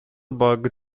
bug